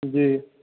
जी